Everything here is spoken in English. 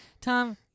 Tom